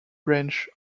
branch